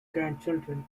grandchildren